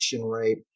rate